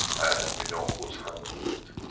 and we know who's handling it.